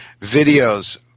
videos